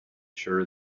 sure